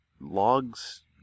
logs